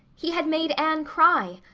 he had made anne cry!